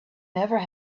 never